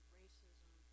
racism